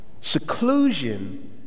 Seclusion